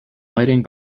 lighting